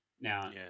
Now